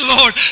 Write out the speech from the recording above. Lord